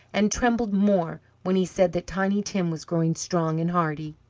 and trembled more when he said that tiny tim was growing strong and hearty.